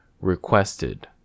requested